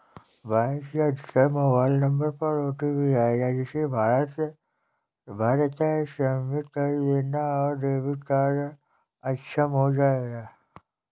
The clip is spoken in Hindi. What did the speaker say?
बैंक से अधिकृत मोबाइल नंबर पर ओटीपी आएगा जिसे भरकर सबमिट कर देना है और डेबिट कार्ड अक्षम हो जाएगा